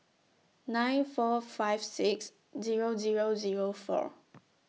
nine four five six Zero Zero Zero four